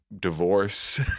divorce